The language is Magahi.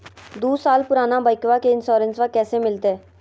दू साल पुराना बाइकबा के इंसोरेंसबा कैसे मिलते?